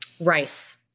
Rice